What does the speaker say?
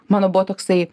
mano buvo toksai